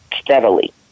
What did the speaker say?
steadily